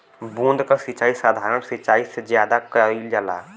बूंद क सिचाई साधारण सिचाई से ज्यादा कईल जाला